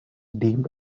deemed